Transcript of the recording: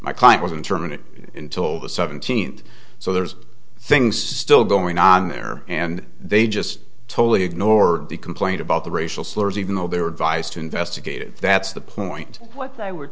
my client was in terminal until the seventeenth so there's things still going on there and they just totally ignored the complaint about the racial slurs even though they were advised to investigate it that's the point what they were